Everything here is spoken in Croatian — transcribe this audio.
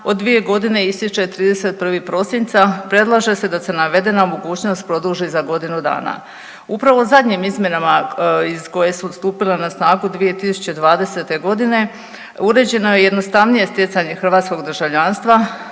od 2 godine ističe 31. prosinca predlaže se da se navedena mogućnost produži za godinu dana. Upravo zadnjim izmjenama iz koje su stupila na snagu 2020. godine uređeno je jednostavnije stjecanje hrvatskog državljanstva